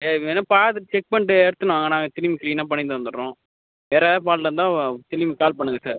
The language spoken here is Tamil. சரி நீங்கள் வேணா பார்த்துட்டு செக் பண்ணிவிட்டு எடுத்துன்னு வாங்க நாங்கள் திரும்பி க்ளீனாக பண்ணித் தந்துடுறோம் வேறு எதாவது ஃபால்ட் இருந்தால் திரும்பி கால் பண்ணுங்கள் சார்